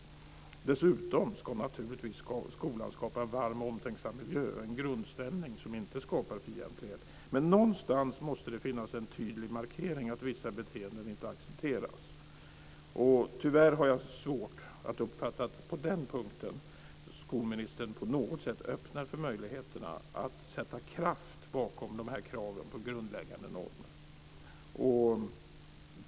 Dessutom ska skolan naturligtvis skapa en varm och omtänksam miljö och en grundstämning som inte skapar fientlighet. Men någonstans måste det finnas en tydlig markering att vissa beteenden inte accepteras. Tyvärr har jag svårt att uppfatta att skolministern på den punkten på något sätt öppnar möjligheterna att sätta kraft bakom kraven på grundläggande normer.